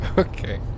Okay